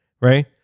right